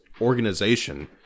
organization